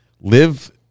live